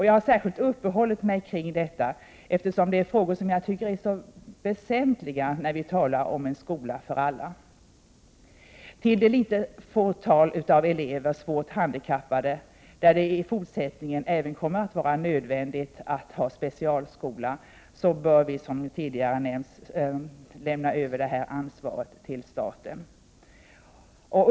Jag har särskilt uppehållit mig vid dessa frågor, eftersom jag tycker att de är väsentliga när vi talar om en skola för alla. Vi bör lämna över ansvaret till staten när det gäller det fåtal svårt handikappade elever som det även i fortsättningen är nödvändigt att undervisa i specialskola.